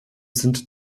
sind